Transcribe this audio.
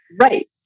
Right